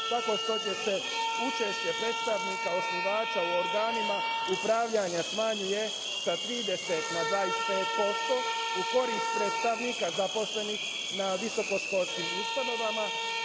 tako što će se učešće predstavnika osnivača u organima upravljanja smanjuje sa 30 na 25% u korist predstavnika zaposlenih na visokoškolskim ustanovama.